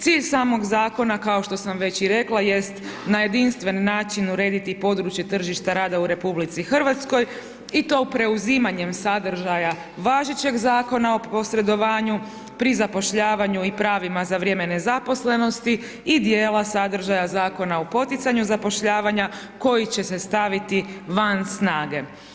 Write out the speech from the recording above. Cilj samog zakona kao što sam već i rekla jest na jedinstven način urediti i područje tržišta rada u RH i to preuzimanjem sadržaja važećeg Zakona o posredovanju pri zapošljavanju i pravima za vrijeme nezaposlenosti i dijela sadržaja Zakona o poticanju zapošljavanja koji će se staviti van snage.